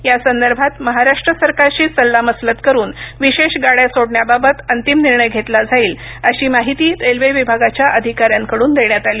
यासंदर्भात महाराष्ट्र सरकारशी सल्लामसलत करून विशेष गाड्या सोडण्याबाबत अंतिम निर्णय घेतला जाईल अशी माहिती रेल्वे विभागाच्या अधिकाऱ्यांकडून देण्यात आली